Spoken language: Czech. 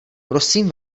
prosím